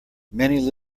many